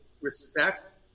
respect